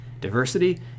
diversity